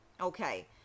okay